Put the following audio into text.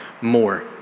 more